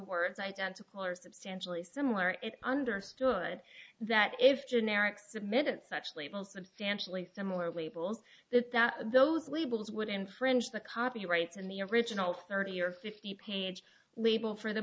words identical or substantially similar it's understood that if generics submitted such labels substantially similar labels that that those labels would infringe the copyrights and the original thirty or fifty page label